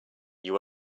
you